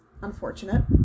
unfortunate